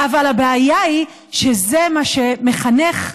אבל הבעיה היא שזה מה שמחנך,